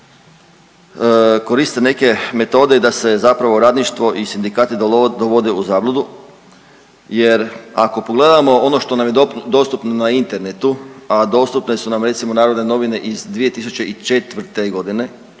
koriste neke metode da se zapravo radništvo i sindikati dovode u zabludu jer ako pogledamo ono što nam je dostupno na internetu, a dostupne su na nam recimo Narodne novine iz 2004. godine,